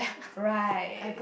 right